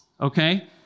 Okay